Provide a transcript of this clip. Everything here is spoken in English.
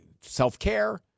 self-care